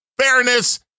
fairness